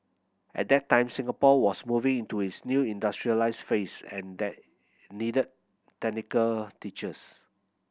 at that time Singapore was moving into its new industrialised phase and they needed technical teachers